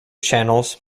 channels